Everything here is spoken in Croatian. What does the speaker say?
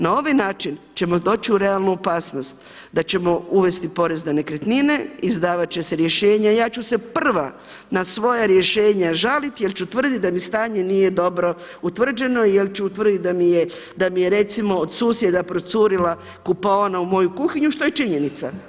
Na ovaj način ćemo doći u realnu opasnost da ćemo uvesti porez na nekretnine, izdavat će se rješenja, ja ću se prva na svoje rješenje žaliti jer ću tvrditi da mi stanje nije dobro utvrđeno jer ću utvrditi da mi je recimo od susjeda procurila kupaona u moju kuhinju što je činjenica.